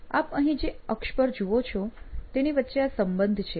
આપ અહીં જે અક્ષ પર જુઓ છો તેની વચ્ચે આ સંબંધ છે